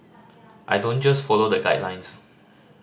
I don't just follow the guidelines